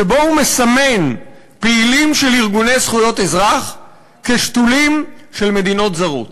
שבו הוא מסמן פעילים של ארגוני זכויות אזרח כשתולים של מדינות זרות.